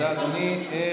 תודה, אדוני.